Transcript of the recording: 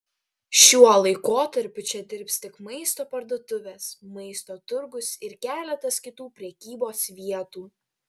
šiuo laikotarpiu čia dirbs tik maisto parduotuvės maisto turgus ir keletas kitų prekybos vietų